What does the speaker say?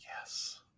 Yes